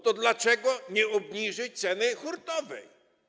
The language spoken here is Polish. To dlaczego nie obniżyć ceny hurtowej?